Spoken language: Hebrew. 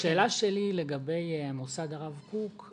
השאלה שלי לגבי מוסד הרב קוק,